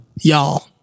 y'all